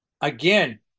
Again